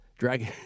Dragon